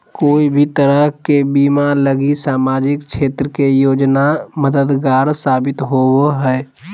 कोय भी तरह के बीमा लगी सामाजिक क्षेत्र के योजना मददगार साबित होवो हय